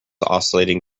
oscillating